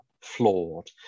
flawed